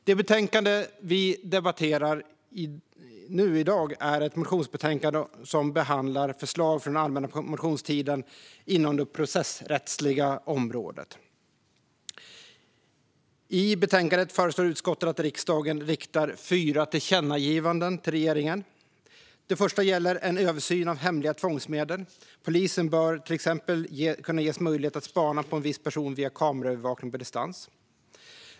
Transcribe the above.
Det betänkande vi debatterar nu i dag är ett motionsbetänkande som behandlar förslag från allmänna motionstiden inom det processrättsliga området. I betänkandet föreslår utskottet att riksdagen riktar fyra tillkännagivanden till regeringen. Det första gäller en översyn av hemliga tvångsmedel. Polisen bör till exempel kunna ges möjlighet att spana på en viss person via kameraövervakning på distans.